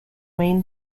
main